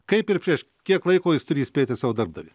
kaip ir prieš kiek laiko jis turi įspėti savo darbdavį